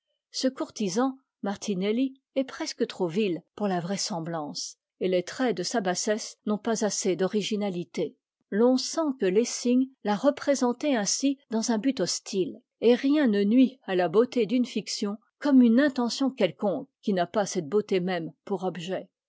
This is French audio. ce courtisan martinelli est presque trop vil pour la vraisem'blance et les traits de sa bassesse n'ont pas assez d'originalité l'on sent que lessing l'a représenté ainsi dans un but hostile et rien ne nuit à la beauté d'une fiction comme une intention quelconque qui n'a pas cette beauté même pour objet